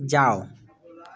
जाओ